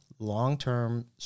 long-term